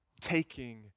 taking